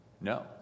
No